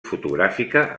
fotogràfica